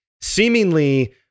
seemingly